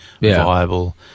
viable